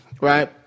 right